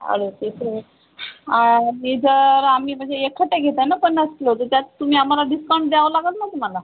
अडोतीसनी मी जर आम्ही म्हणजे एकखट्ट्या घेतोय ना पन्नास किलो तर त्यात तुम्ही आम्हाला डिस्काउंट द्यावं लागल ना तुम्हाला